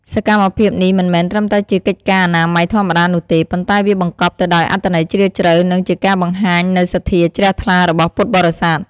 សកម្មភាពនេះមិនមែនត្រឹមតែជាកិច្ចការអនាម័យធម្មតានោះទេ ប៉ុន្តែវាបង្កប់ទៅដោយអត្ថន័យជ្រាលជ្រៅ និងជាការបង្ហាញនូវសទ្ធាជ្រះថ្លារបស់ពុទ្ធបរិស័ទ។